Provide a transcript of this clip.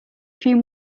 few